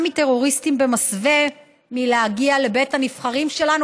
מטרוריסטים במסווה להגיע לבית הנבחרים שלנו,